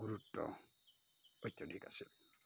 গুৰুত্ব অত্যাধিক আছিল